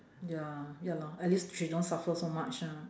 ya ya lor at least she don't suffer so much ah